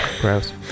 Gross